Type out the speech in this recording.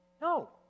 No